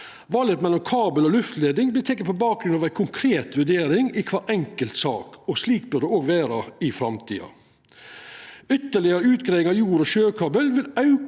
Valet mellom kabel eller luftleidning vert teke på bakgrunn av ei konkret vurdering i kvar enkelt sak. Slik bør det også vera i framtida. Ytterlegare utgreiingar av jord- og sjøkabel vil auka